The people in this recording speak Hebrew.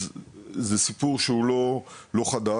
אז זה סיפור שהוא לא חדש,